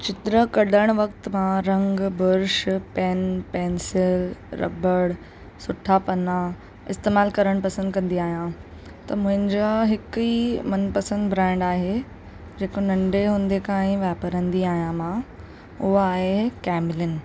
चित्र कढणु वक़्तु मां रंग ब्रुश पेन पेंसिल रबड़ सुठा पना इस्तेमालु करणु पसंदि कंदी आहियां त मुंहिंजा हिकु ई मनपसंदि ब्रांड आहे जेको नंढे हूंदे खां ई वापरींदी आहियां मां उहा आहे कैमलिन